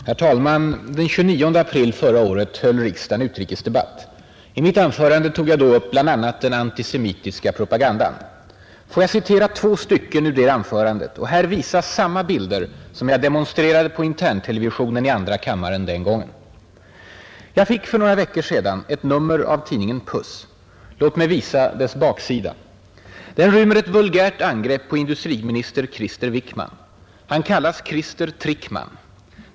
Herr talman! Den 29 april förra året höll riksdagen utrikesdebatt. I mitt anförande tog jag då bl.a. upp den antisemitiska propagandan. Får jag citera två stycken ur det anförandet och här på TV-skärmen visa samma bilder som jag demonstrerade på interntelevisionen i andra kammaren den gången: ”TJag fick för några veckor sedan ett nummer av tidningen ”Puss”. Låt mig visa dess baksida. Den rymmer ett vulgärt angrepp på industriministern Krister Wickman. Han kallas Krister Trickman.